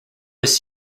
was